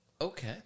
Okay